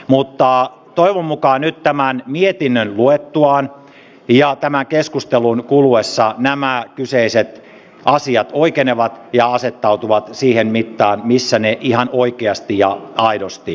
mutta toivon mukaan nyt tämän mietinnön luettuaan ja tämän keskustelun kuluessa nämä kyseiset asiat oikenevat ja asettautuvat siihen mittaan missä ne ihan oikeasti ja aidosti ovat